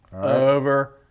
over